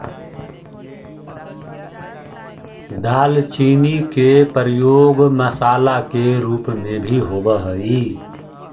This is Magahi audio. दालचीनी के प्रयोग मसाला के रूप में भी होब हई